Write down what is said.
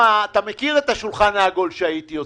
אתה מכיר את השולחן העגול שהייתי עושה.